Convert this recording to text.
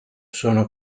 sono